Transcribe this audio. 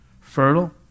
fertile